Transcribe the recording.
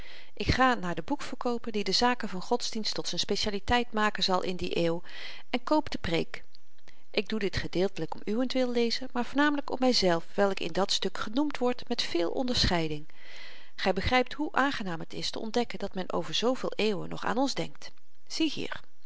ik ga naar den boekverkooper die de zaken van godsdienst tot z'n specialiteit maken zal in die eeuw en koop de preek ik doe dit gedeeltelyk om uwentwil lezer maar voornamelyk om myzelf wyl ik in dat stuk genoemd word met veel onderscheiding gy begrypt hoe aangenaam het is te ontdekken dat men over zooveel eeuwen nog aan ons denkt zie